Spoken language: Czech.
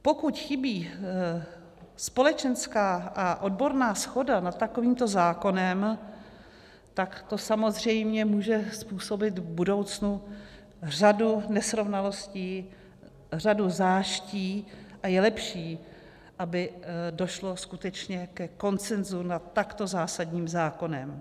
Pokud chybí společenská a odborná shoda nad takovýmto zákonem, tak to samozřejmě může způsobit v budoucnu řadu nesrovnalostí, řadu záští a je lepší, aby došlo skutečně ke konsenzu nad takto zásadním zákonem.